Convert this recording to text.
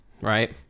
right